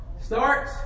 Start